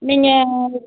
நீங்கள்